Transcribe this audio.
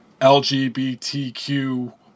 LGBTQ